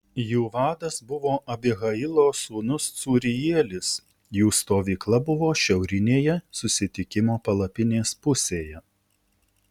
jų vadas buvo abihailo sūnus cūrielis jų stovykla buvo šiaurinėje susitikimo palapinės pusėje